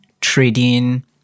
trading